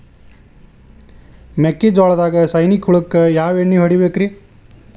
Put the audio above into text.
ಮೆಕ್ಕಿಜೋಳದಾಗ ಸೈನಿಕ ಹುಳಕ್ಕ ಯಾವ ಎಣ್ಣಿ ಹೊಡಿಬೇಕ್ರೇ?